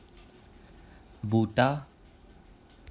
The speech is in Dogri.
बूह्टा